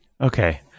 okay